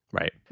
Right